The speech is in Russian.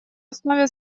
основе